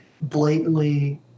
blatantly